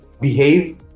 behave